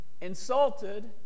insulted